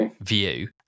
view